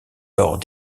lors